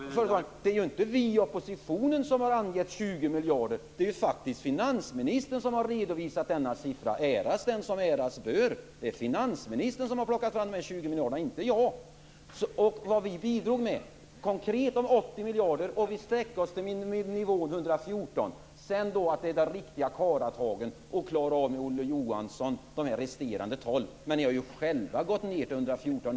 Herr talman! Det är ju inte vi i oppositionen som angett beloppet 20 miljarder - det är finansministern som redovisat denna siffra! Ära den som äras bör. Vi bidrog konkret med 80 miljarder och vi sträckte oss till miniminivån 114 miljarder. Men tydligen krävdes det riktiga karlatag tillsammans med Olof Johansson för att klara av de resterande 12 miljarderna.